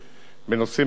בנושאים אחרים,